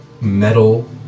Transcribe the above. metal